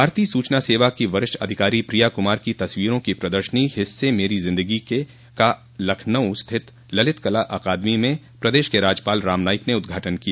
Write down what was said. भारतीय सूचना सेवा की वरिष्ठ अधिकारी प्रिया क्मार की तस्वीरों की प्रदर्शनी हिस्से मेरी जिन्दगी के का आज लखनऊ स्थित ललित कला अकादमी में प्रदेश के राज्यपाल राम नाईक ने उद्घाटन किया